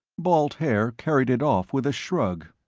balt haer carried it off with a shrug.